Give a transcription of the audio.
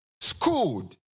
schooled